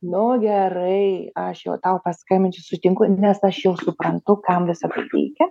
nu gerai aš jau tau paskambinsiu sutinku nes aš jau suprantu kam visa tai reikia